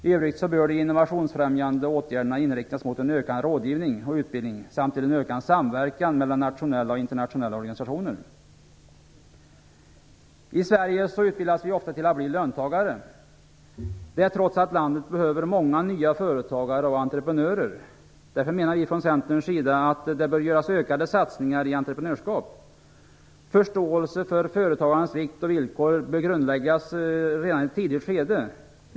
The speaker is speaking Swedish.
I övrigt bör de innovationsfrämjande åtgärderna inriktas på en ökad rådgivning och utbildning samt till en ökad samverkan mellan nationella och internationella organisationer. I Sverige utbildas vi ofta till att bli löntagare trots att landet behöver många nya företagare och entreprenörer. Därför menar vi i Centern att det bör göras ökade satsningar på entreprenörskap. Förståelse för företagarnas vikt och villkor bör grundläggas redan i ett tidigt skede.